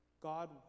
God